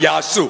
יעשו.